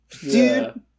Dude